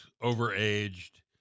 over-aged